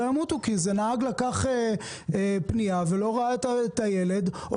לא ימותו כי איזה נהג לקח פנייה ולא ראה את הילד או